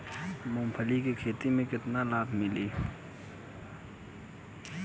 मूँगफली के खेती से केतना लाभ मिली?